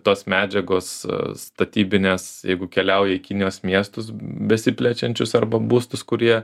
tos medžiagos statybinės jeigu keliauja į kinijos miestus besiplečiančius arba būstus kurie